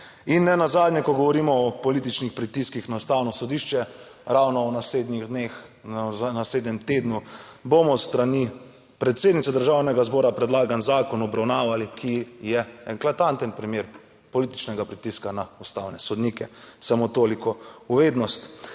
in ne nazadnje, ko govorimo o političnih pritiskih na Ustavno sodišče, ravno v naslednjih dneh, v naslednjem tednu bomo s strani predsednice Državnega zbora predlagan zakon obravnavali, ki je eklatanten primer političnega pritiska na ustavne sodnike. Samo toliko v vednost,